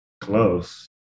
Close